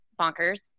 bonkers